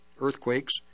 earthquakes